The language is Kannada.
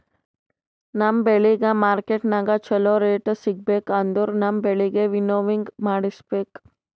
ನಮ್ ಬೆಳಿಗ್ ಮಾರ್ಕೆಟನಾಗ್ ಚೋಲೊ ರೇಟ್ ಸಿಗ್ಬೇಕು ಅಂದುರ್ ನಮ್ ಬೆಳಿಗ್ ವಿಂನೋವಿಂಗ್ ಮಾಡಿಸ್ಬೇಕ್